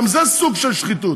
גם זה סוג של שחיתות.